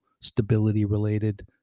stability-related